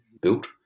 built